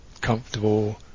comfortable